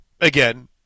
again